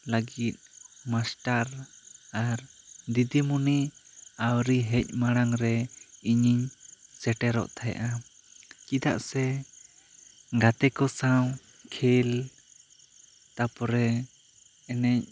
ᱞᱟᱹᱜᱤᱫ ᱢᱟᱥᱴᱟᱨ ᱟᱨ ᱫᱤᱫᱤᱢᱩᱱᱤ ᱟ ᱣᱨᱤ ᱦᱮᱡ ᱢᱟᱲᱟᱝ ᱨᱮ ᱤᱧᱤᱧ ᱥᱮᱴᱮᱨᱚᱜ ᱛᱟᱦᱮᱸᱜᱼᱟ ᱪᱮᱫᱟᱜ ᱥᱮ ᱜᱟᱛᱮ ᱠᱚ ᱥᱟᱶ ᱠᱷᱮᱞ ᱛᱟᱨ ᱯᱚᱨᱮ ᱮᱱᱮᱡ